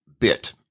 bit